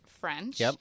French